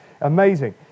Amazing